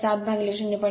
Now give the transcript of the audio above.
07 0